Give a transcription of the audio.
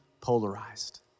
polarized